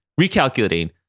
recalculating